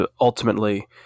ultimately